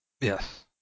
Yes